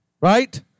right